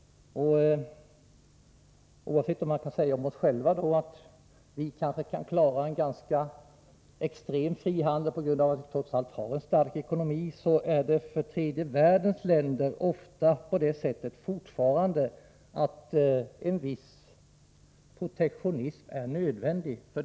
Själva kan vi kanske klara en extrem frihandel, eftersom vi trots allt har en stark ekonomi, men för tredje världens länder är en viss protektionism nödvändig.